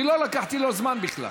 כי לא לקחתי לו זמן בכלל.